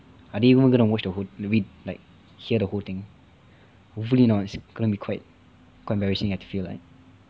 I didn't even going to watch read like hear the whole thing hopefully not it's going to be quite quite embarassing I feel like